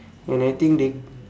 and I think they